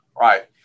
right